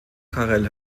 karel